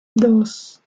dos